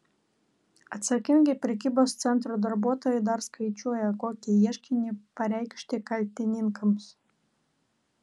atsakingi prekybos centro darbuotojai dar skaičiuoja kokį ieškinį pareikšti kaltininkams